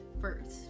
first